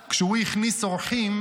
כשהוא הכניס אורחים,